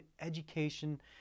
education